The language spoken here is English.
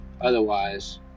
Otherwise